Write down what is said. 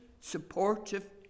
supportive